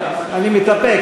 אני מתאפק,